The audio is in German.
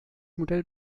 modell